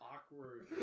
Awkward